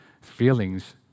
Feelings